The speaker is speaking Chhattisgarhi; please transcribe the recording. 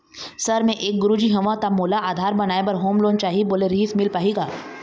सर मे एक गुरुजी हंव ता मोला आधार बनाए बर होम लोन चाही बोले रीहिस मील पाही का?